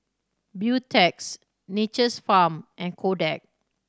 Beautex Nature's Farm and Kodak